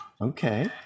Okay